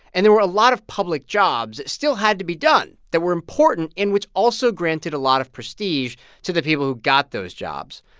and there were a lot of public jobs that still had to be done, that were important and which also granted a lot of prestige to the people who got those jobs.